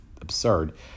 absurd